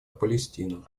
палестину